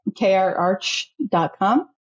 krarch.com